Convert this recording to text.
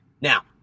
Now